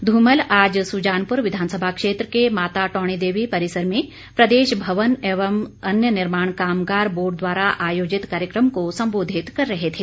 धूमल आज सुजानपुर विधानसभा क्षेत्र के माता टोणी देवी परिसर में प्रदेश भवन एवं अन्य निर्माण कामगार बोर्ड द्वारा आयोजित कार्यक्रम को संबोधित कर रहे थे